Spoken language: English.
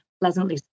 pleasantly